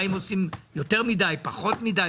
האם עושים יותר מדיי או פחות מדיי?